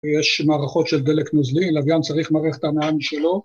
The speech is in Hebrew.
‫יש מערכות של דלק נוזלי, ‫לווין צריך מערכת הנעה משלו.